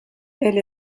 elle